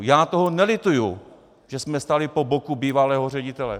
Já toho nelituju, že jsme stáli po boku bývalého ředitele.